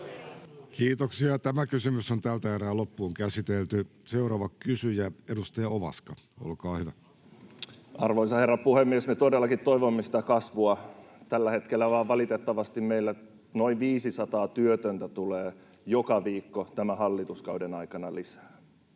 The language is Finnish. tämä hallitus toimii. Seuraava kysyjä, edustaja Ovaska, olkaa hyvä. Arvoisa herra puhemies! Me todellakin toivomme sitä kasvua. Tällä hetkellä vain valitettavasti meillä noin 500 työtöntä tulee joka viikko tämän hallituskauden aikana lisää,